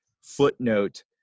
footnote